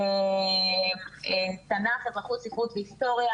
ספרות והיסטוריה